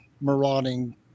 marauding